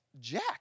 Jack